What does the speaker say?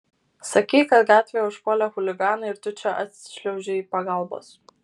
sakyk kad gatvėje užpuolė chuliganai ir tu čia atšliaužei pagalbos